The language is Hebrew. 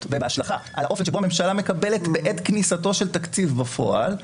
והשלכה על האופן שבו הממשלה מקבלת בעת כניסתו של תקציב בפועל,